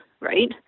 right